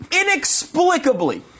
inexplicably